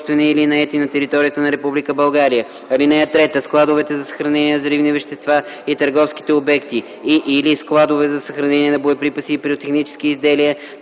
(3) Складовете за съхранение на взривни вещества и търговските обекти и/или складове за съхранение на боеприпаси и пиротехнически изделия